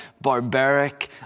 barbaric